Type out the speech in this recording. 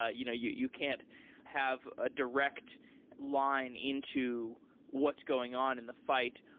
ah you know you you can't have a direct line into what's going on in the fight.